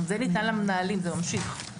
זה ניתן למנהלים, זה ממשיך.